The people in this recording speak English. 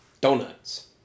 Donuts